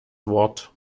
wort